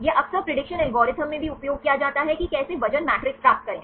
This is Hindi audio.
यह अक्सर प्रेडिक्शन एल्गोरिदम में भी उपयोग किया जाता है कि कैसे वजन मैट्रिक्स प्राप्त करें